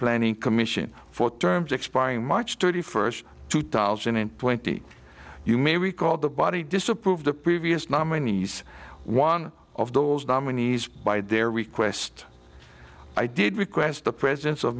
planning commission for terms expiring march thirty first two thousand and twenty you may recall the body disapproved the previous nominees one of those nominees by their request i did request the presence of